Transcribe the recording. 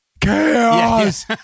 Chaos